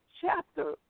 chapter